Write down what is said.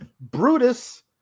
Brutus